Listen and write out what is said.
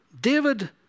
David